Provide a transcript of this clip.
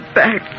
back